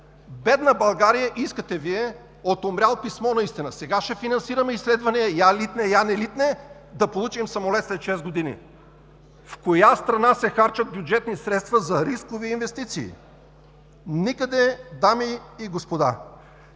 Бедна България, искате Вие – „от умрял писмо“, сега ще финансираме изследвания – я литне, я не литне, да получим самолет след шест години! В коя страна се харчат бюджетни средства за рискови инвестиции? Никъде, дами и господа!